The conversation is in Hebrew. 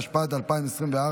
התשפ"ד 2024,